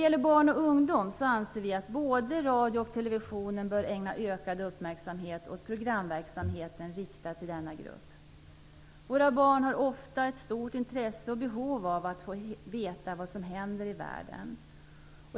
Vi anser att både radio och television bör ägna ökad uppmärksamhet åt programverksamhet riktad till barn och ungdom. Våra barn har ofta ett stort intresse och behov av att få veta vad som händer i världen.